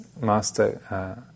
master